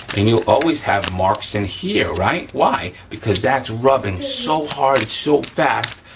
and you'll always have marks in here, right? why? because that's rubbing so hard, so fast,